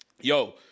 yo